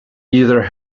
either